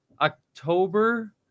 October